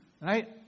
Right